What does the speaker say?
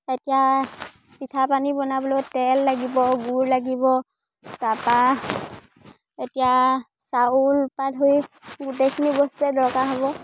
এতিয়া পিঠা পনা বনাবলৈও তেল লাগিব গুৰ লাগিব তাৰপৰা এতিয়া চাউলৰপৰা ধৰি গোটেইখিনি বস্তুৱে দৰকাৰ হ'ব